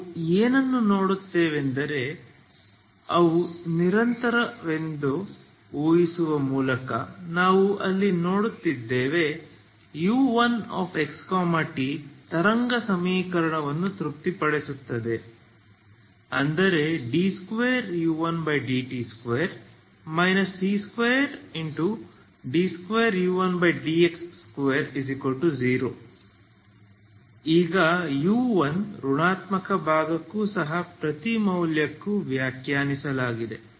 ನಾವು ಏನನ್ನು ನೋಡುತ್ತೇವೆಂದರೆ ಅವು ನಿರಂತರವೆಂದು ಊಹಿಸುವ ಮೂಲಕ ನಾವು ಅಲ್ಲಿ ನೋಡುತ್ತಿದ್ದೇವೆ u1xt ತರಂಗ ಸಮೀಕರಣವನ್ನು ತೃಪ್ತಿಪಡಿಸುತ್ತದೆ ಅಂದರೆ 2u1t2 c22u1x20 ಈಗ u1 ಋಣಾತ್ಮಕ ಭಾಗಕ್ಕೂ ಸಹ ಪ್ರತಿ ಮೌಲ್ಯಕ್ಕೂ ವ್ಯಾಖ್ಯಾನಿಸಲಾಗಿದೆ